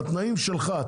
בתנאים שלך,